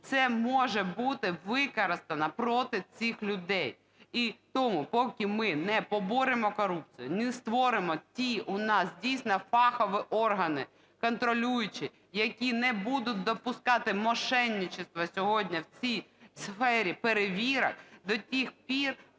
це може бути використано проти цих людей. І тому, поки ми не поборемо корупцію, не створимо ті у нас дійсно фахові органи контролюючі, які не будуть допускати мошенничества сьогодні в цій сфері перевірок, до тих пір